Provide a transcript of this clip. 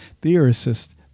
theorists